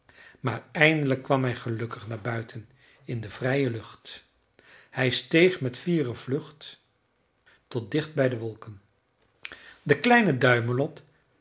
maar eindelijk kwam hij gelukkig naar buiten in de vrije lucht hij steeg met fiere vlucht tot dicht bij de wolken de kleine duimelot